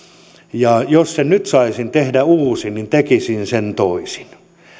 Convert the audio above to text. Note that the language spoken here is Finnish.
jos sen nyt saisin tehdä uudestaan niin tekisin sen toisin